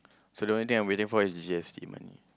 so the only thing I'm waiting for is the G_S_T money